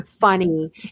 funny